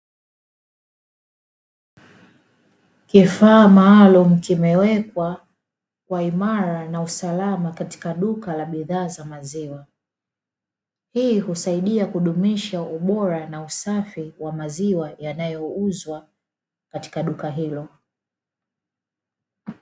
Kifaa maalumu kimewekwa kwa imara na usalama katika duka la bidhaa za maziwa, hii husaidia kudumisha ubora na usafi wa maziwa yanayouzwa katika duka hilo.